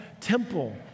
temple